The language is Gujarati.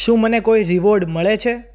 શું મને કોઈ રીવોર્ડ મળે છે